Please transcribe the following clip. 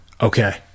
Okay